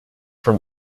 from